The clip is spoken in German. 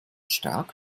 stark